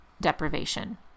deprivation